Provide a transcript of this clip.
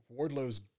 Wardlow's